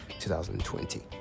2020